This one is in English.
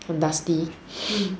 from dusty